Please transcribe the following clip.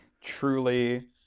Truly